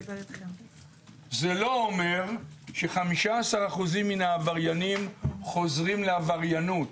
זה לא אומר ש-15% מן העבריינים חוזרים לעבריינות.